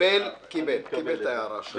קיבל את ההערה שלך.